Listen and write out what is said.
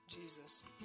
Jesus